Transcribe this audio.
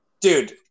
Dude